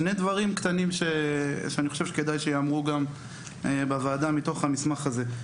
שני דברים קטנים שאני חושב שכדאי שייאמרו גם בוועדה מתוך המסמך הזה.